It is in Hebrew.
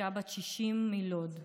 אישה בת 60 מלוד,